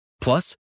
Plus